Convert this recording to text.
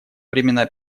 времена